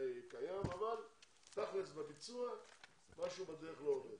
אבל תכלס בביצוע משהו בדרך לא עובד.